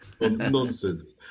Nonsense